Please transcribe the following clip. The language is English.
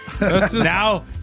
Now